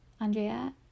Andrea